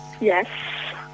Yes